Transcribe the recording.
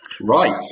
Right